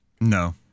No